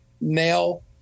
male